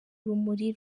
urumuri